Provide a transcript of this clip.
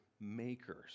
makers